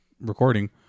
recording